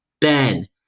Ben